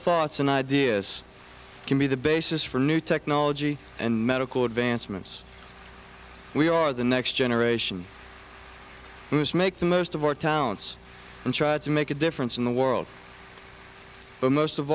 thoughts and ideas can be the basis for new technology and medical advancements we are the next generation whose make the most of our talents and try to make a difference in the world but most of